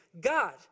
God